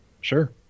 Sure